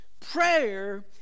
Prayer